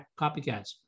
copycats